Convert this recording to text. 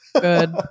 Good